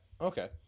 okay